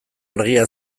argia